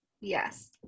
yes